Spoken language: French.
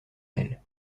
elle